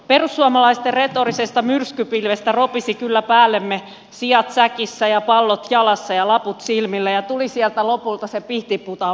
perussuomalaisten retorisesta myrskypilvestä ropisi kyllä päällemme siat säkissä ja pallot jalassa ja laput silmillä ja tuli sieltä lopulta se pihtiputaan mummokin